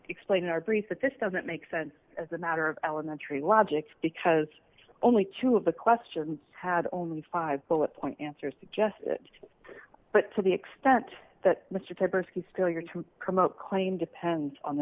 explaining our brief that this doesn't make sense as a matter of elementary logic because only two of the questions had only five bullet point answers to just that but to the extent that mr tabor ski still eager to promote claim depends on the